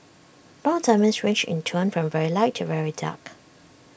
brown diamonds range in tone from very light to very dark